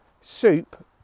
soup